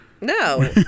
No